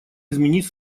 изменить